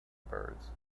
birds